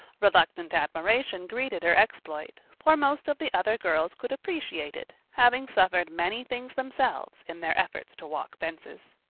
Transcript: reluctant admiration greeted her exploit, for most of the other girls could appreciate it, having suffered many things themselves in their efforts to walk fences.